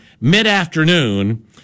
mid-afternoon